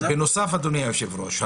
בנוסף אדוני היושב ראש,